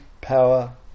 power